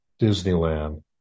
Disneyland